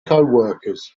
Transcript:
coworkers